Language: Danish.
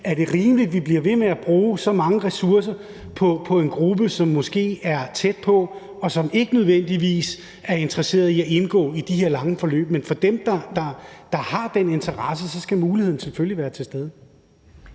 Er det rimeligt, at vi bliver ved med at bruge så mange ressourcer på en gruppe, som måske er tæt på pensionsalderen, og som ikke nødvendigvis er interesseret i at indgå i de her lange forløb? Men for dem, der har den her interesse, skal muligheden selvfølgelig være til stede.